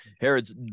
Herod's –